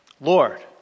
Lord